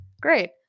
great